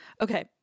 okay